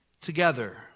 together